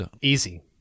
Easy